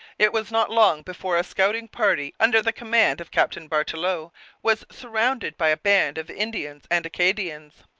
it was not long before a scouting party under the command of captain bartelot was surrounded by a band of indians and acadians.